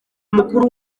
mukuru